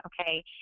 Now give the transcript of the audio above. okay